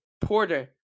Porter